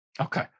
Okay